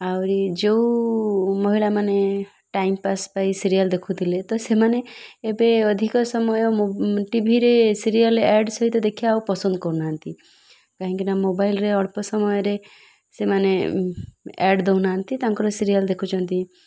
ଆହୁରି ଯେଉଁ ମହିଳା ମାନେ ଟାଇମ୍ ପାସ୍ ପାଇଁ ସିରିଏଲ୍ ଦେଖୁଥିଲେ ତ ସେମାନେ ଏବେ ଅଧିକ ସମୟ ଟିଭିରେ ସିରିଏଲ୍ ଆଡ଼୍ ସହିତ ଦେଖି ଆଉ ପସନ୍ଦ କରୁନାହାନ୍ତି କାହିଁକିନା ମୋବାଇଲରେ ଅଳ୍ପ ସମୟରେ ସେମାନେ ଆଡ଼୍ ଦେଉନାହାନ୍ତି ତାଙ୍କର ସିରିଏଲ୍ ଦେଖୁଛନ୍ତି